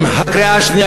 אם בקריאה השנייה,